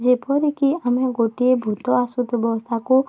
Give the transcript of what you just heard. ଯେପରିକି ଆମେ ଗୋଟିଏ ଭୂତ ଆସୁଥିବ ତାକୁ